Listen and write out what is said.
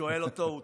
אני שואל אותו, הוא